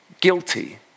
guilty